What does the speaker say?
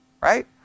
right